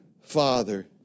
father